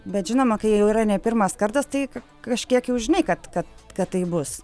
bet žinoma kai jau yra ne pirmas kartas tai kažkiek jau žinai kad kad taip bus